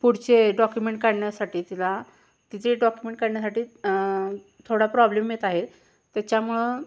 पुढचे डॉक्युमेंट काढण्यासाठी तिला तिचे डॉक्युमेंट काढण्यासाठी थोडा प्रॉब्लेम येत आहेत त्याच्यामुळं